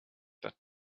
that